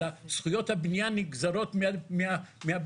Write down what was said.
אלא זכויות הבנייה נגזרות מהבית.